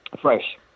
fresh